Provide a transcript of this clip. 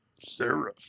Sarah